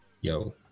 yo